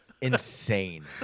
insane